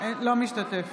אינו משתתף